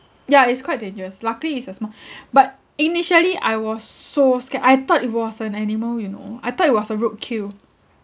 ya is quite dangerous luckily is a small but initially I was s~ so scared I thought it was an animal you know I thought it was a roadkill